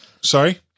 Sorry